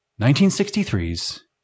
1963's